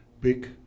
big